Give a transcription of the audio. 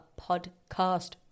podcast